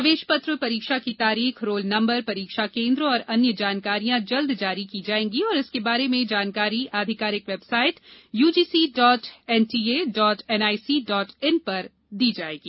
प्रवेश पत्र परीक्षा की तारीख रोल नंबर परीक्षा केंद्र और अन्य जानकारियां जल्द जारी की जाएगी और इसके बारे में जानकारी आधिकारिक वेबसाइट यूजीसी एनटीएएनआईसीइन पर दी जाएगी